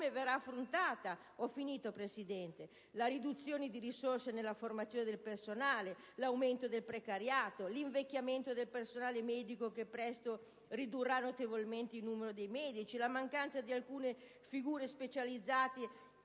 verranno affrontati la riduzione di risorse nella formazione del personale, l'aumento del precariato, l'invecchiamento del personale medico (presto si ridurrà notevolmente il numero dei medici), la mancanza di alcune figure specializzate